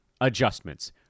adjustments